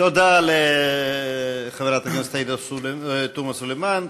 תודה לחברת הכנסת עאידה תומא סלימאן.